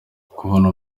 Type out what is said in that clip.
kubona